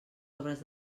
obres